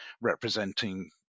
representing